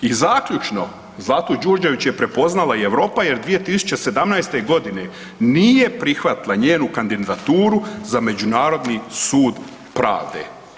I zaključno, Zlatu Đurđević je prepoznala i Europa jer 2017.g. nije prihvatila njenu kandidaturu za međunarodni sud pravde.